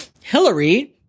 Hillary